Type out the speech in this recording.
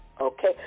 Okay